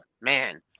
man